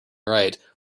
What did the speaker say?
right